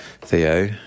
Theo